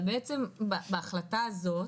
אבל בעצם בהחלטה הזאת